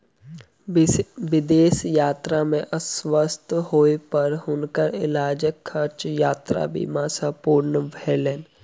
विदेश यात्रा में अस्वस्थ होय पर हुनकर इलाजक खर्चा यात्रा बीमा सॅ पूर्ण भेलैन